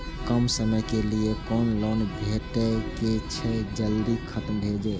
कम समय के लीये कोनो लोन भेटतै की जे जल्दी खत्म भे जे?